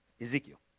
Ezekiel